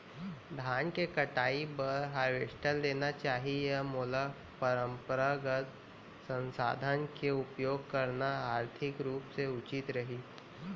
धान के कटाई बर हारवेस्टर लेना चाही या मोला परम्परागत संसाधन के उपयोग करना आर्थिक रूप से उचित रही?